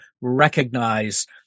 recognize